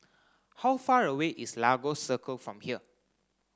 how far away is Lagos Circle from here